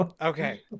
Okay